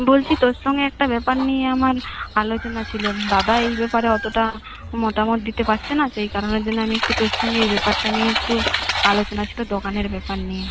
বলছি তোর সঙ্গে একটা ব্যাপার নিয়ে আমার আলোচনা ছিল দাদা এই ব্যাপারে অতটা মতামত দিতে পারছে না সেই কারণের জন্য আমি একটু তোর সঙ্গে এই ব্যাপারটা নিয়ে একটু আলোচনা ছিল দোকানের ব্যাপার নিয়ে